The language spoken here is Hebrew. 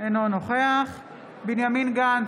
אינו נוכח בנימין גנץ,